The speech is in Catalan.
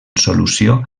solució